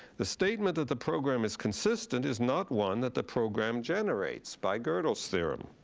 the statement that the program is consistent is not one that the program generates by godel's theorem.